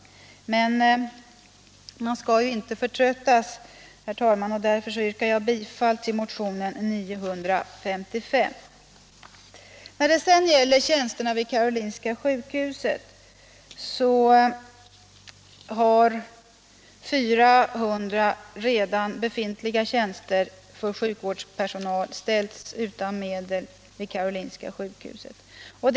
Man skall emellertid, herr talman, inte förtröttas och därför yrkar jag bifall till motionen 955. I budgetpropositionen ställs 400 redan befintlig tjänster för sjukvårdspersonal vid Karolinska sjukhuset utan medel.